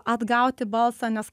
atgauti balsą nes